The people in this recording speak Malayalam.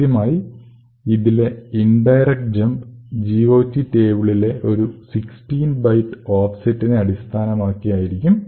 ആദ്യമായി ഇതിലെ ഇൻഡയറക്ട് ജംപ് GOT ടേബിളിലെ ഒരു 16 ബൈറ്റ് ഓഫ്സെറ്റിനെ അടിസ്ഥാനമാക്കിയായിരിക്കും